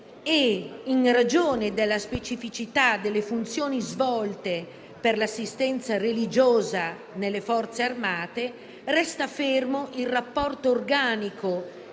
In ragione della specificità delle funzioni svolte per l'assistenza religiosa nelle Forze armate, resta fermo il rapporto organico